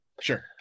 Sure